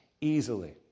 easily